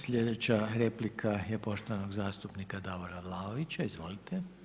Slijedeća replika je poštovanoga zastupnika Davora Vlaovića, izvolite.